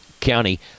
County